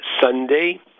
Sunday